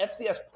FCS